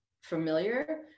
familiar